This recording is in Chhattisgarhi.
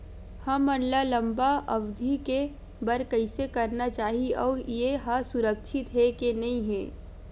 हमन ला लंबा अवधि के बर कइसे करना चाही अउ ये हा सुरक्षित हे के नई हे?